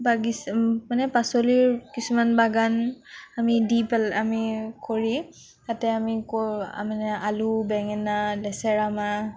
বাগিচ মানে পাচলিৰ কিছুমান বাগান আমি দি পেল আমি কৰি তাতে আমি ক মানে আলু বেঙেনা লেচেৰা মাহ